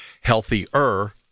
healthier